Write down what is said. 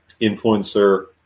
influencer